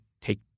take